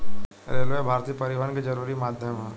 railway भारतीय परिवहन के जरुरी माध्यम ह